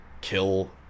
kill